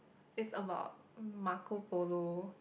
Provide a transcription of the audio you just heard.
it's about Marco Polo